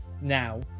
now